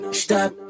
stop